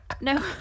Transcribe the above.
No